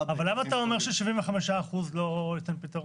--- אבל למה אתה אומר ש 75% לא ייתן פתרון?